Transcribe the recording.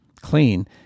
clean